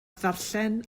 ddarllen